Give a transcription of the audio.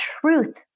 truth